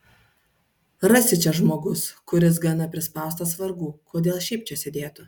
rasi čia žmogus kuris gana prispaustas vargų kodėl šiaip čia sėdėtų